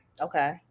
Okay